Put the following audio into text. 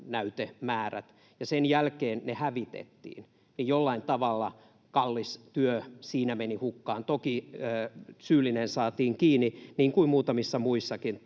ja sen jälkeen ne hävitettiin. Jollain tavalla kallis työ siinä meni hukkaan. Toki syyllinen saatiin kiinni, niin kuin muutamissa muissakin.